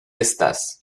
estás